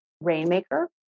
rainmaker